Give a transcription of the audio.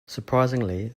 surprisingly